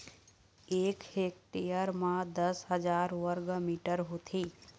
एक हेक्टेयर म दस हजार वर्ग मीटर होथे